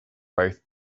both